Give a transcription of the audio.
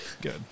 Good